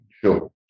Sure